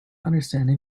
understanding